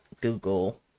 Google